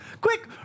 Quick